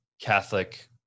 Catholic